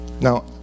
Now